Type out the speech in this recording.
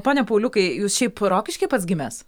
pone pauliukai jūs šiaip rokiškyje pats gimęs